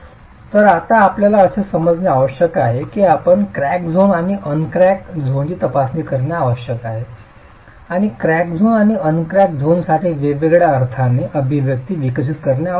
तर आता आपल्याला असे समजणे आवश्यक आहे की आपण क्रॅक झोन आणि अन क्रॅक झोनची तपासणी करणे आवश्यक आहे आणि क्रॅक झोन आणि अनक्रॅकड झोनसाठी वेगळ्या अर्थाने अभिव्यक्ती विकसित करणे आवश्यक आहे